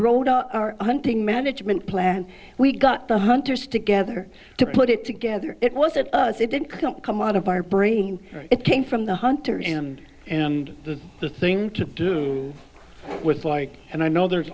wrote our hunting management plan we got the hunters together to put it together it wasn't us it didn't come out of our brain it came from the hunter and and the the thing to do with like and i know there's